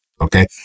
okay